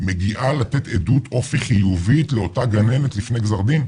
מגיעה לתת עדות אופי חיובית לאותה גננת לפני גזר דין?